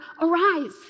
arise